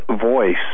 voice